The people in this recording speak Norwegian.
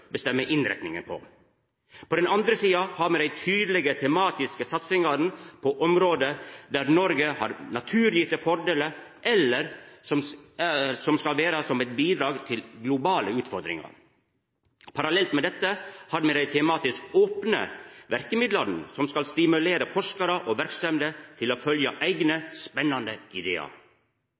bestemmer innretninga på. På den andre sida har me dei tydelege tematiske satsingane på områder der Noreg har naturgitte fordelar, eller som eit bidrag til å møta globale utfordringar. Parallelt med dette har me dei tematisk opne verkemidla, som skal stimulera forskarar og verksemder til å følgja eigne spennande idear.